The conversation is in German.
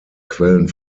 quellen